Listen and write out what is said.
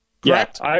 correct